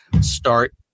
start